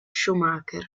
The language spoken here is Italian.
schumacher